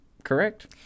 Correct